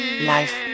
Life